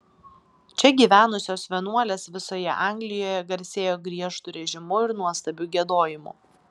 čia gyvenusios vienuolės visoje anglijoje garsėjo griežtu režimu ir nuostabiu giedojimu